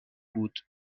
بود